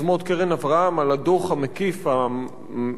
על הדוח המקיף, באמת המעמיק